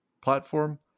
platform